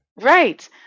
right